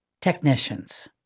technicians